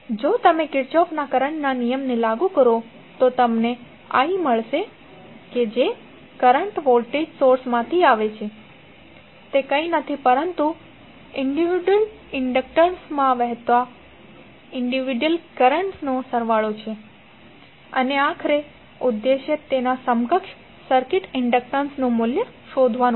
જો તમે કિર્ચોફના કરંટના નિયમને લાગુ કરો તો તમને i મળશે કે જે કરંટ વોલ્ટેજ સોર્સમાંથી આવે છે તે કંઇ નથી પરંતુ વ્યક્તિગત ઇન્ડક્ટર્સમાં વહેતા વ્યક્તિગત કરન્ટ્સનો સરવાળો છે અને આખરે ઉદ્દેશ્ય તેના સમકક્ષ સર્કિટ ઇન્ડક્ટન્સનું મૂલ્ય શોધવાનું છે